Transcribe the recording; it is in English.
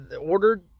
ordered